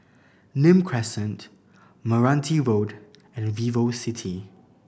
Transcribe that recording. Nim Crescent Meranti Road and VivoCity